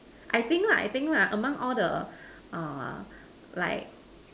I think lah I think lah among all the like